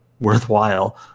worthwhile